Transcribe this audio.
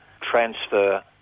transfer